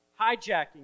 hijacking